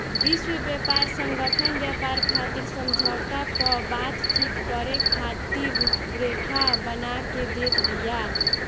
विश्व व्यापार संगठन व्यापार खातिर समझौता पअ बातचीत करे खातिर रुपरेखा बना के देत बिया